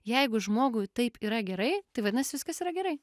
jeigu žmogui taip yra gerai tai vadinasi viskas yra gerai